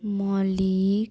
Mallick